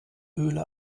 höhle